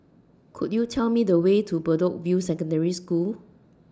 Could YOU Tell Me The Way to Bedok View Secondary School